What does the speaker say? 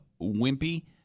wimpy